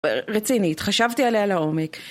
רצינית, חשבתי עליה לעומק.